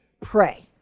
pray